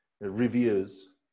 reviews